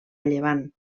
llevant